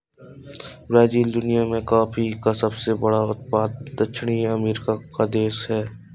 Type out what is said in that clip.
Brazil दुनिया में coffee का सबसे बड़ा उत्पादक दक्षिणी अमेरिकी देश है